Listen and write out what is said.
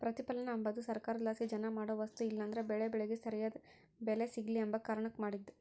ಪ್ರತಿಪಲನ ಅಂಬದು ಸರ್ಕಾರುದ್ಲಾಸಿ ಜನ ಮಾಡೋ ವಸ್ತು ಇಲ್ಲಂದ್ರ ಬೆಳೇ ಬೆಳಿಗೆ ಸರ್ಯಾದ್ ಬೆಲೆ ಸಿಗ್ಲು ಅಂಬ ಕಾರಣುಕ್ ಮಾಡಿದ್ದು